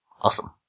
Awesome